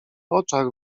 oczach